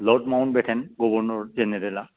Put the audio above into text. lord Mountbatten governor जेनेरेला